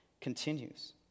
continues